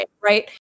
right